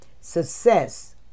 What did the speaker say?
success